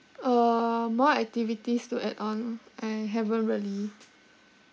uh more activities to add on I haven't really